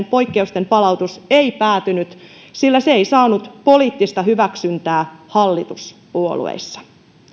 poikkeusten palautus ei päätynyt lopulliseen hallituksen esitykseen sillä se ei saanut poliittista hyväksyntää hallituspuolueissa